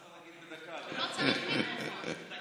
מה אפשר להגיד בדקה, אדוני, הוא לא צריך מיקרופון.